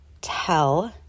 tell